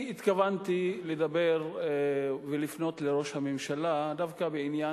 אני התכוונתי לדבר ולפנות אל ראש הממשלה דווקא בעניין